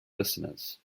listeners